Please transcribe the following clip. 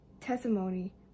testimony